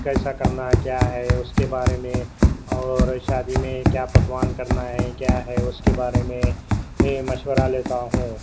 کیسا کرنا ہے کیا ہے اس کے بارے میں اور شادی میں کیا پکوان کرنا ہے کیا ہے اس کے بارے میں مشورہ لیتا ہوں